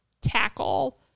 tackle